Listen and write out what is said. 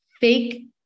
fake